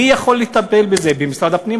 מי יכול לטפל בזה במשרד הפנים?